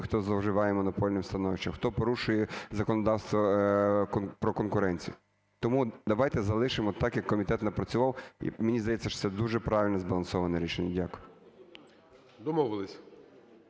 хто зловживає монопольним становищем, хто порушує законодавство про конкуренцію. Тому давайте залишимо так, як комітет напрацював. Мені здається, що це дуже правильне, збалансоване рішення. Дякую. ГОЛОВУЮЧИЙ.